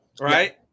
right